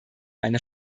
eine